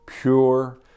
pure